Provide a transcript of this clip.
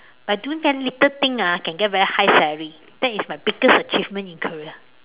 by doing that little thing ah can get a very high salary that's my biggest achievement in career